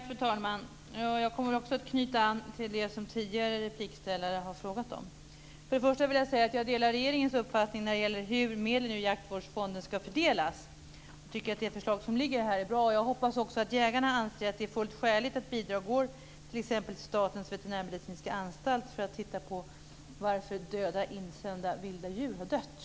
Fru talman! Också jag kommer att knyta an till det som tidigare repliktalare har frågat om. Jag vill först och främst säga att jag delar regeringens uppfattning om hur medel ur jaktvårdsfonden ska fördelas. Jag tycker att det förslag som föreligger är bra. Jag hoppas också att jägarna anser att det är fullt skäligt att bidrag går t.ex. till Statens veterinärmedicinska anstalt för att den ska titta på varför insända döda vilda djur har dött.